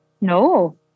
No